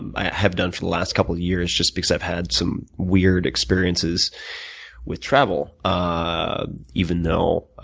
i have done for the last couple years, just because i've had some weird experiences with travel, ah even though.